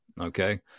Okay